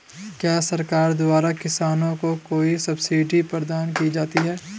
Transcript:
क्या सरकार द्वारा किसानों को कोई सब्सिडी प्रदान की जाती है?